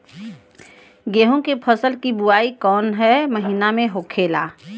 गेहूँ के फसल की बुवाई कौन हैं महीना में होखेला?